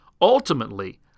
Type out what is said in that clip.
Ultimately